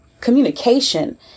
communication